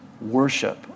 worship